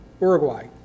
Uruguay